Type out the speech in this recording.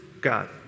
God